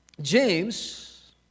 James